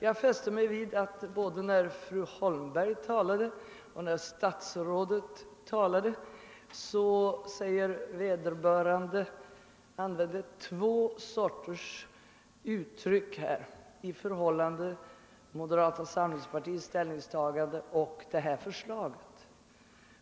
Jag observerade att fru Holmberg och statsrådet använde liknande uttryck i fråga om moderata samlingspartiets ställningstagande till det föreliggande förslaget.